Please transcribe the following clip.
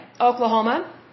Oklahoma